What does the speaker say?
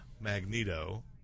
Magneto